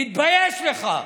תתבייש לך.